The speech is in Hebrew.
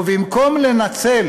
ובמקום לנצל